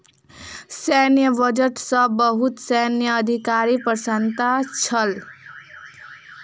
सैन्य बजट सॅ बहुत सैन्य अधिकारी प्रसन्न छल